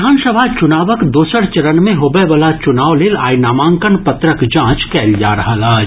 विधानसभा चुनावक दोसर चरण मे होबय वला चुनाव लेल आइ नामांकन पत्रक जांच कयल जा रहल अछि